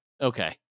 Okay